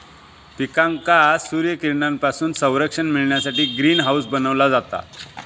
पिकांका सूर्यकिरणांपासून संरक्षण मिळण्यासाठी ग्रीन हाऊस बनवला जाता